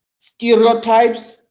stereotypes